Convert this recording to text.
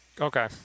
Okay